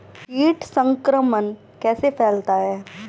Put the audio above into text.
कीट संक्रमण कैसे फैलता है?